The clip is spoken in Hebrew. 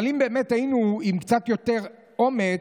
אבל אם באמת היינו עם קצת יותר אומץ,